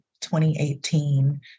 2018